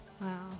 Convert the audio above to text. Wow